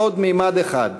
לממד אחד,